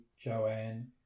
Joanne